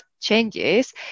changes